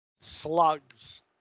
Slugs